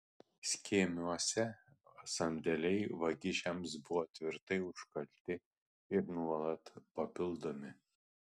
skėmiuose sandėliai vagišiams buvo tvirtai užkalti ir nuolat papildomi